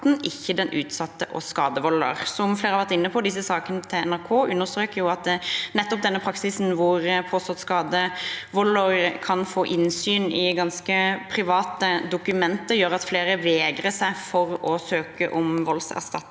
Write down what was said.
den utsatte og skadevolder. Som flere har vært inne på, understreker disse sakene fra NRK nettopp at denne praksisen hvor påstått skadevolder kan få innsyn i ganske private dokumenter, gjør at flere vegrer seg for å søke om voldserstatning.